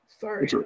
Sorry